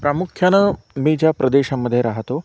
प्रामुख्याने मी ज्या प्रदेशामध्ये राहातो